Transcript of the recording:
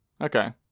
Okay